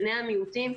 בני המיעוטים,